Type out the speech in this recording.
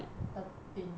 thirteen